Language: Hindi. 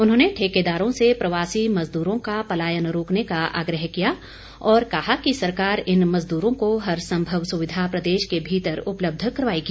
उन्होंने ठेकेदारों से प्रवासी मज़दूरों का पलायन रोकने का आग्रह किया और कहा कि सरकार इन मज़दूरों को हर संभव सुविधा प्रदेश के भीतर उपलब्ध करवाएगी